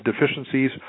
deficiencies